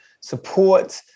support